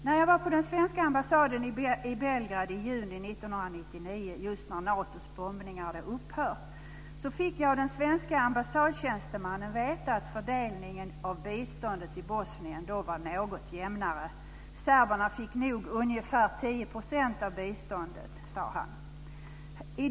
När jag var på den svenska ambassaden i Belgrad i juni 1999, just när Natos bombningar hade upphört, fick jag av en svensk ambassadtjänsteman veta att fördelningen av biståndet i Bosnien då var något jämnare. Serberna fick nog ungefär 10 % av biståndet, sade han.